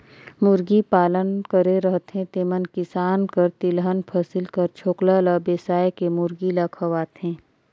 मुरगी पालन करे रहथें तेमन किसान कर तिलहन फसिल कर छोकला ल बेसाए के मुरगी ल खवाथें